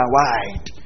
wide